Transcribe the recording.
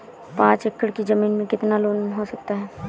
पाँच एकड़ की ज़मीन में कितना लोन हो सकता है?